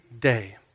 day